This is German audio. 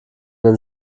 den